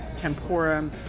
tempura